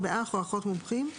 או באח או אחות מומחים".